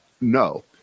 No